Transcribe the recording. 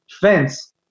fence